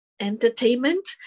entertainment